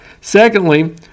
Secondly